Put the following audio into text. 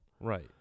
Right